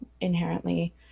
inherently